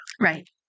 Right